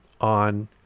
on